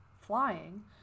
flying